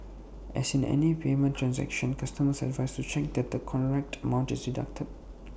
as in any payment transaction customers are advised to check that the correct amount is deducted